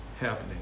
happening